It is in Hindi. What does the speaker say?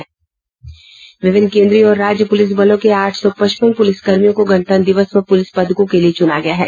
विभिन्न केन्द्रीय और राज्य पुलिस बलों के आठ सौ पचपन पुलिसकर्मियों को गणतंत्र दिवस पर पुलिस पदकों के लिए चुना गया है